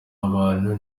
abantu